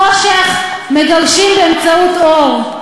חושך מגרשים באמצעות אור.